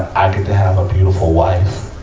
i get to have a beautiful wife,